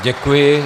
Děkuji.